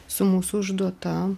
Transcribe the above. su mūsų užduota